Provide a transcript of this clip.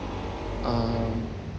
um